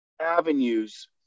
avenues